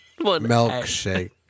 Milkshake